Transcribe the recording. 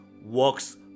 works